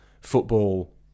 football